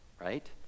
Right